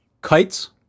kites